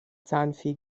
zahnfee